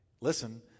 listen